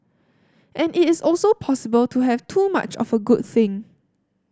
and it is also possible to have too much of a good thing